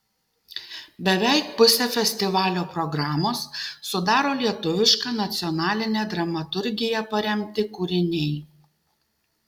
beveik pusę festivalio programos sudaro lietuviška nacionaline dramaturgija paremti kūriniai